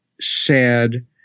sad